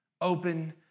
open